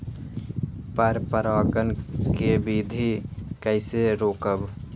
पर परागण केबिधी कईसे रोकब?